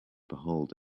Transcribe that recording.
behold